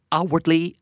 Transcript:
Outwardly